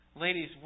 Ladies